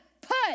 put